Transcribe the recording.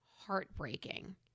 heartbreaking